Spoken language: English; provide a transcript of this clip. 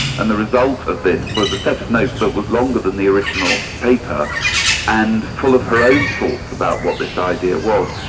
and the result of this was a set of notes that was longer than the original paper and full of her own thoughts about what this idea was.